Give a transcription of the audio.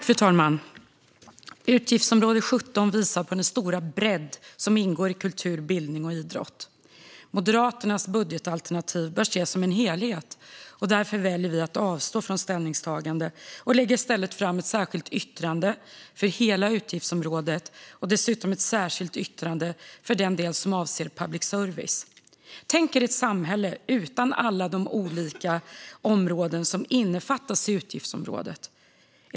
Fru talman! Utgiftsområde 17 visar på den stora bredd som ingår i kultur, bildning och idrott. Moderaternas budgetalternativ bör ses som en helhet. Därför väljer vi att avstå från ställningstagande och lägger i stället fram ett särskilt yttrande för hela utgiftsområdet och dessutom ett särskilt yttrande för den del som avser public service. Tänk er ett samhälle utan alla de olika områden som innefattas av utgiftsområdet!